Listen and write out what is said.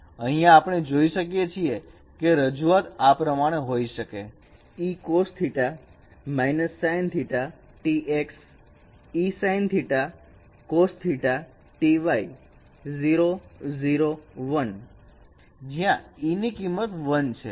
અહીંયા આપણે જોઈ શકીએ છીએ કે રજૂઆત આ પ્રમાણે હોઈ શકે જ્યાં e ની કિંમત 1 છે